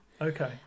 Okay